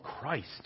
Christ